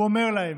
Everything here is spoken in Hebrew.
הוא אומר להם.